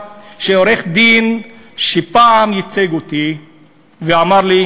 שעורך-דין שפעם ייצג אותי אמר לי: